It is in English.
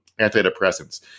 antidepressants